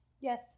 Yes